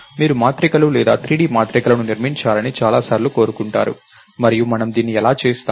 మీరు మాత్రికలు లేదా 3D మాత్రికలను నిర్మించాలని చాలా సార్లు కోరుకుంటారు మరియు మనము దీన్ని ఎలా చేస్తాము